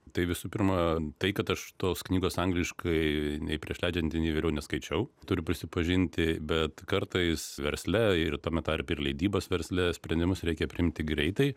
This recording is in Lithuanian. tai visų pirma tai kad aš tos knygos angliškai nei prieš leidžiant nei vėliau neskaičiau turiu prisipažinti bet kartais versle ir tame tarpe ir leidybos versle sprendimus reikia priimti greitai